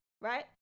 right